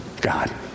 God